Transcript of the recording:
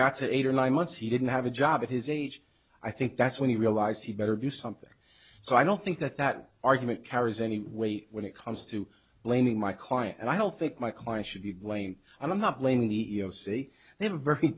got to eight or nine months he didn't have a job at his age i think that's when he realized he better do something so i don't think that that argument carries any weight when it comes to blaming my client and i don't think my client should be blamed and i'm not blaming the e e o c they have a very